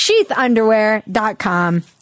Sheathunderwear.com